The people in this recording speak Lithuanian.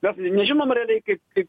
mes nežinom realiai kaip kaip